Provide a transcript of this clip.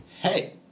hey